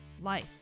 life